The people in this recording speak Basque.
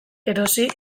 erosi